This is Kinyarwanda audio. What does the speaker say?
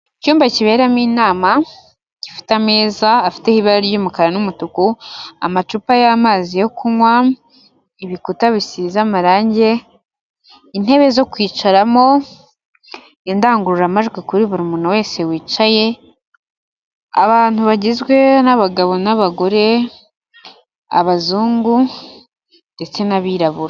Icyumba kiberamo inama gifite ameza afite ibara ry'umukara n'umutuku, amacupa y'amazi yo kunywa, ibikuta bisize amarangi, intebe zo kwicaramo, indangururamajwi kuri buri muntu wese wicaye, abantu bagizwe n'abagabo n'abagore, abazungu ndetse n'abirabura.